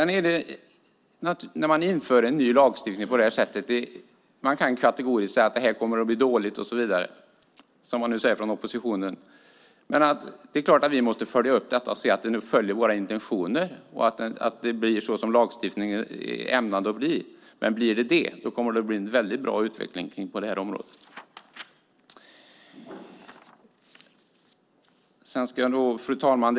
När vi inför en ny lagstiftning på detta sätt kan man kategoriskt säga att det kommer att bli dåligt och så vidare, som oppositionen nu säger. Det är klart att vi måste följa upp detta och se att våra intentioner fullföljs och att det blir så som lagstiftningen var ämnad att bli. Om det blir så kommer det att bli en väldigt bra utveckling på det här området. Fru ålderspresident!